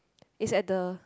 is at the